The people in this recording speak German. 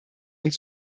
uns